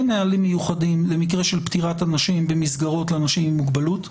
אין נהלים מיוחדים למקרה של פטירת אנשים במסגרות לאנשים עם מוגבלות.